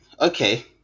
okay